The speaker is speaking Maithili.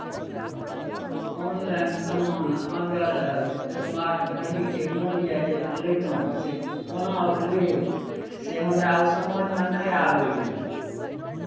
ऑनलाइन सामान अनबै लए स्मार्ट घड़ीके मोन यए जे लैतहुँ से कोना लेब से हमरा ओ समझमे नहि आबैए